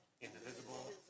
indivisible